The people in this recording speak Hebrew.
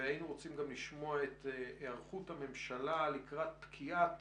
והיינו רוצים לשמוע גם את היערכות הממשלה לקראת פקיעת